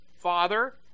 Father